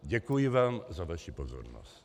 Děkuji vám za vaši pozornost.